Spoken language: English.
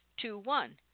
two-one